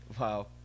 Wow